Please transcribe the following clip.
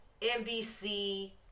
NBC